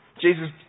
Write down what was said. Jesus